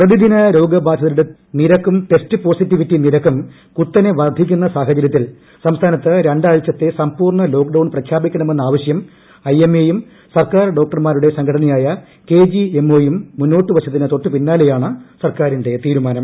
പ്രതിദിന രോഗ ബാധിത്തുടെ നിരക്കും ടെസ്റ്റ് പോസിറ്റിവിറ്റി നിരക്കും കുത്തനെ വർധിക്കുന്ന സാഹചര്യത്തിൽ സംസ്ഥാനത്ത് രണ്ടാഴ്ചത്തെ സമ്പൂർ ലോക്ക്ഡൌൺ പ്രഖ്യാപിക്കണമെന്ന ആവശ്യം ഐ എം എയും സർക്കാർ ഡോക്ടർമാരുടെ സംഘടനയായ കെ ജി എം ഒ യും മുന്നോട്ടുവച്ചതിന് തൊട്ടുപിന്നാലെയാണ് സർക്കാറിന്റെ തീരുമാനം